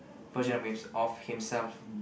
version of him of himself